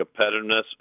competitiveness